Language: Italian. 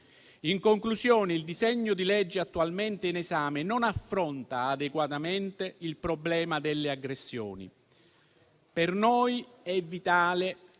In conclusione, il disegno di legge attualmente in esame non affronta adeguatamente il problema delle aggressioni. Per noi è vitale